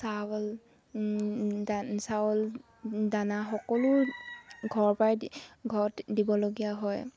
চাউল দ চাউল দানা সকলো ঘৰৰ পৰাই দি ঘৰত দিবলগীয়া হয়